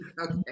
Okay